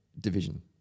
division